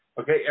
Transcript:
Okay